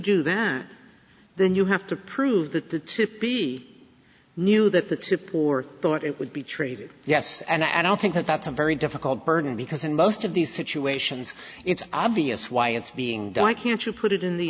do that then you have to prove that the to be knew that the two poor thought it would be treated yes and i don't think that that's a very difficult burden because in most of these situations it's obvious why it's being done i can't you put it in the